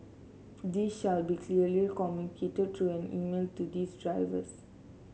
this shall be clearly communicated through an email to these drivers